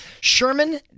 sherman